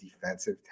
defensive